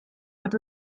wird